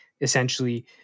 essentially